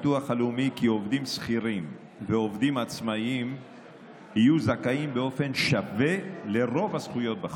עובדים שכירים ועובדים עצמאים יהיו זכאים באופן שווה לרוב הזכויות בחוק,